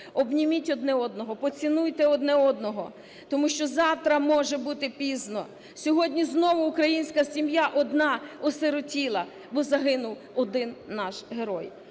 Обніміть одне одного, поцінуйте одне одного, тому що завтра може бути пізно. Сьогодні знову українська сім'я одна осиротіла, бо загинув один наш герой.